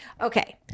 Okay